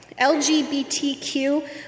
LGBTQ